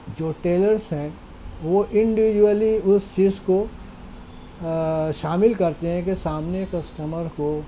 جو ٹیلرس ہیں وہ انڈیویجولی اس چیز کو شامل کرتے ہیں کہ سامنے کسٹمر کو